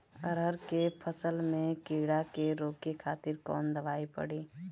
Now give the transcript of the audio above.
अरहर के फसल में कीड़ा के रोके खातिर कौन दवाई पड़ी?